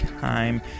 time